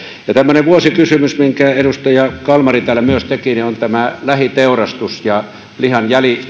tämmöinen vuosikysymys minkä edustaja kalmari täällä myös teki on lähiteurastus ja lihan